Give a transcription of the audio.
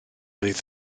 oedd